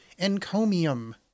encomium